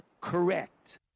correct